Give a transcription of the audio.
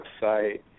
website